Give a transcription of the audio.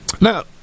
Now